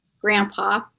grandpa